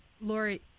Lori